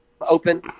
open